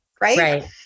Right